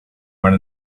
one